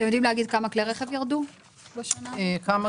אתם יודעים להגיד כמה כלי רכב ירדו בשנה הזאת?